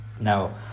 Now